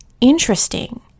interesting